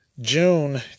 June